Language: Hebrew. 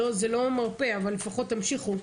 זה לא מרפה אבל לפחות תמשיכו.